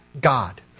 God